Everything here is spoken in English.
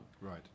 Right